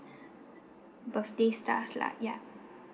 birthday stars lah ya